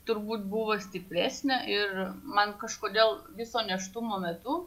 turbūt buvo stipresnė ir man kažkodėl viso nėštumo metu